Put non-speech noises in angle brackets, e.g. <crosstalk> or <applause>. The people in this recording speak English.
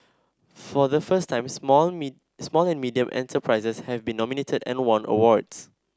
for the first time small <unintelligible> small and medium enterprises have been nominated and won awards